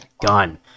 done